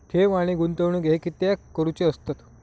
ठेव आणि गुंतवणूक हे कित्याक करुचे असतत?